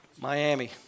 Miami